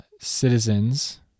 citizens